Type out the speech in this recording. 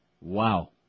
Wow